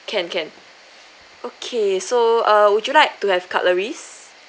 can can okay so err would you like to have cutleries